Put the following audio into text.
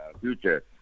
future